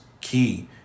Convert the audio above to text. key